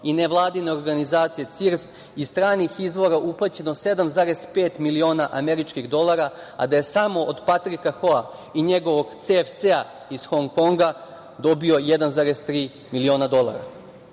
i nevladine organizacije CIRDS iz stranih izvora uplaćeno 7,5 miliona američkih dolara a da je samo od Patrika Hoa i njegovog CFC iz Hong Konga dobio 1,3 miliona dolara. Što